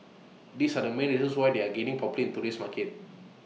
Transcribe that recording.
these are the main reasons why they are gaining in today's market